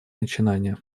начинания